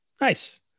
Nice